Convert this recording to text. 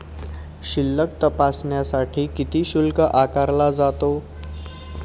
शिल्लक तपासण्यासाठी किती शुल्क आकारला जातो?